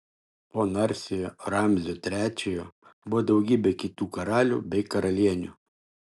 po narsiojo ramzio trečiojo buvo daugybė kitų karalių bei karalienių